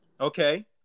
Okay